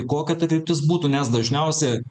kokia ta kryptis būtų nes dažniausia